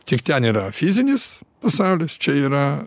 tik ten yra fizinis pasaulis čia yra